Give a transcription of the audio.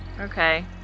okay